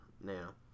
Now